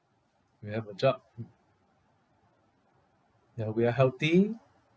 we have a job ya we are healthy